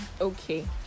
okay